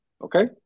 Okay